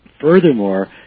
furthermore